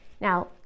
Now